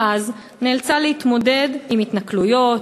מאז היא נאלצה להתמודד עם התנכלויות,